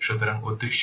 সুতরাং উদ্দেশ্য কী